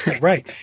Right